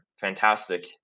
fantastic